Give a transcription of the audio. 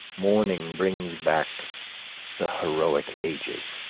morning brings back the heroic ages.